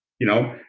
you know,